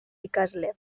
ikasle